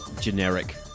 Generic